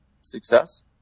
success